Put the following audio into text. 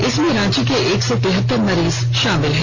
इसमें रांची के एक सौ तिहत्तर मरीज शामिल हैं